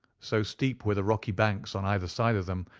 so steep were the rocky banks on either side of them,